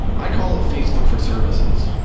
i call it facebook for services.